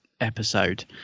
episode